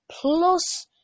Plus